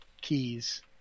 keys